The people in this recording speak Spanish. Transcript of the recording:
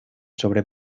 sobre